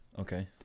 Okay